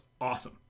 awesome